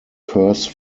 curse